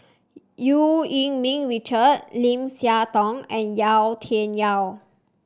Eu Yee Ming Richard Lim Siah Tong and Yau Tian Yau